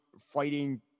fighting